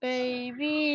Baby